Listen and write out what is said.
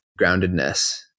groundedness